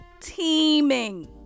teeming